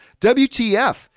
WTF